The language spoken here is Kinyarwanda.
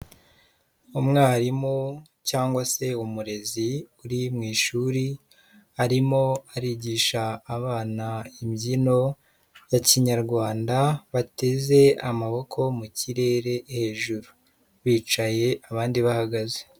Umwarimu cyangwa se umurezi uri mu ishuri, arimo arigisha abana imbyino ya Kinyarwanda bateze amaboko mu Kirere hejuru, bicaye abandi bahagaze.